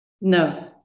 No